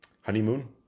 Honeymoon